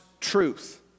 truth